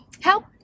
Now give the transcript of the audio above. Help